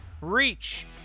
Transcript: Reach